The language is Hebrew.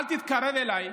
אל תתקרב אליי,